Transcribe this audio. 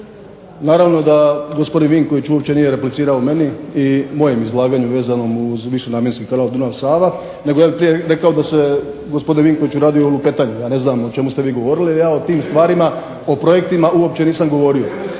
naravno da gospodin Vinković uopće nije replicirao meni i mojem izlaganju vezanom uz višenamjenski kanal Dunav-Sava, nego ja bih prije rekao da se gospodin Vinković radi o lupetanju, ja ne znam o čemu ste vi govorili, ja o tim stvarima, o projektima uopće nisam govorio.